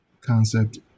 concept